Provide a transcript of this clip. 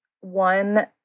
one